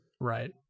Right